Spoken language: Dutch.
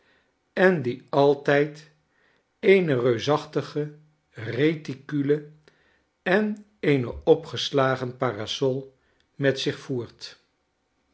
en die altijd eene reusachtige reticule en eene opgeslagen parasol met zich voert